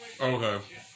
Okay